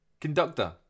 Conductor